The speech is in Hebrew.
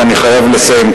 ואני חייב לסיים.